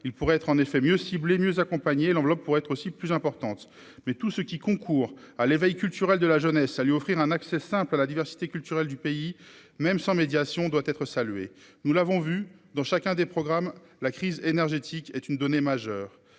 il pourrait être en effet mieux cibler, mieux accompagner l'enveloppe pour être aussi plus importante mais tout ce qui concourt à l'éveil culturel de la jeunesse à lui offrir un accès simple à la diversité culturelle du pays, même sans médiation doit être salué, nous l'avons vu dans chacun des programmes, la crise énergétique est une donnée majeure